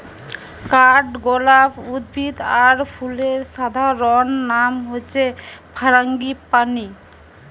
কাঠগোলাপ উদ্ভিদ আর ফুলের সাধারণ নাম হচ্ছে ফারাঙ্গিপানি